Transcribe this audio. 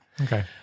Okay